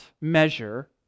measure